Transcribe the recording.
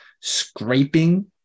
scraping